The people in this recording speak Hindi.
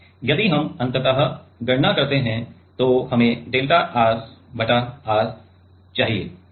अब यदि हम अंततः गणना करते हैं तो हमें डेल्टा R बटा R चाहिए